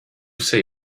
say